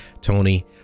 Tony